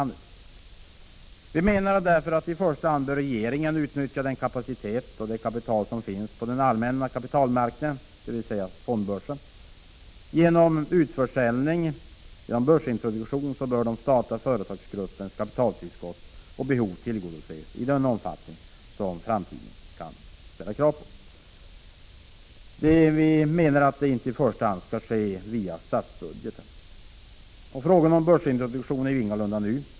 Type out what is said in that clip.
Vi menar att regeringen i första hand bör utnyttja den kapacitet och det kapital som finns på den allmänna kapitalmarknaden, dvs. fondbörsen. Genom försäljning och börsintroduktion bör den statliga företagsgruppens behov av kapitaltillskott tillgodoses, inte främst via statsbudgeten. Frågan om börsintroduktion är ingalunda ny.